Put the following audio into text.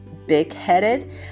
Big-headed